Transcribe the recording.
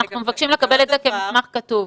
אנחנו מבקשים לקבל את זה כמסמך כתוב.